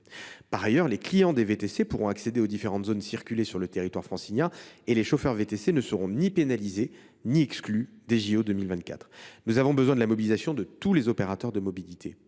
Par ailleurs, les clients des VTC pourront accéder aux différentes zones ouvertes à la circulation sur le territoire francilien. Les chauffeurs VTC ne seront ni pénalisés ni exclus des jeux Olympiques 2024. Nous avons besoin de la mobilisation de tous les opérateurs de mobilité